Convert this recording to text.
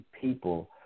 people